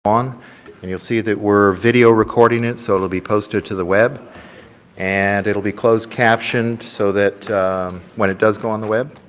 on and you'll see that we're video recording it so it will be posted to the web and it will be closed captioned so that when it does go on the web,